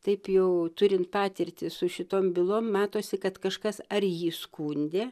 taip jau turint patirtį su šitom bylom matosi kad kažkas ar jį skundė